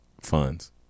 Funds